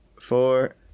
four